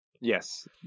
Yes